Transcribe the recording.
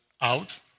out